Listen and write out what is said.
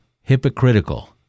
hypocritical